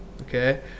okay